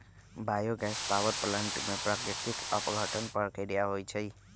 bio gas power plant में प्राकृतिक अपघटन प्रक्रिया होइ छइ